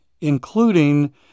including